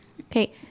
Okay